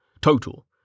Total